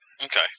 Okay